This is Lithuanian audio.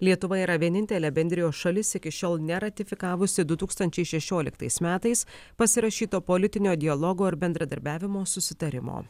lietuva yra vienintelė bendrijos šalis iki šiol neratifikavusi du tūkstančiai šešioliktais metais pasirašyto politinio dialogo ir bendradarbiavimo susitarimo